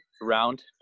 round